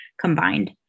combined